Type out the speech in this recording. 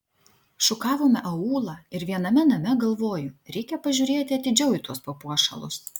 šukavome aūlą ir viename name galvoju reikia pažiūrėti atidžiau į tuos papuošalus